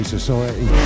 Society